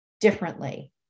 differently